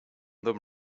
them